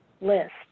list